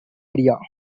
area